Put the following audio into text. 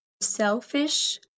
selfish